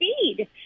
speed